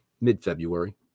mid-February